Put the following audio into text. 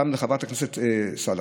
גם לחברת הכנסת סאלח,